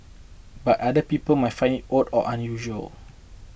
but other people might find it odd or unusual